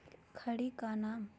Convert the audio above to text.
खड़ी के नाम?